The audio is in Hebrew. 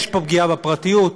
יש פה פגיעה בפרטיות,